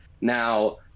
Now